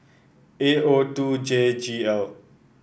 A O two J G L